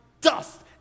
dust